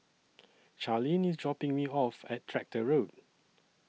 Charlene IS dropping Me off At Tractor Road